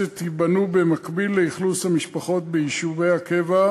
כל היישובים בגולן ובגליל.